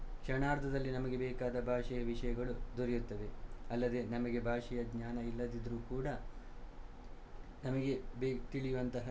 ಕ್ಷಣಾರ್ದದಲ್ಲಿ ನಮಗೆ ಬೇಕಾದ ಭಾಷೆ ವಿಷಯಗಳು ದೊರೆಯುತ್ತವೆ ಅಲ್ಲದೆ ನಮಗೆ ಭಾಷೆಯ ಜ್ಞಾನ ಇಲ್ಲದಿದ್ದರೂ ಕೂಡ ನಮಗೆ ಬೇಗ ತಿಳಿಯುವಂತಹ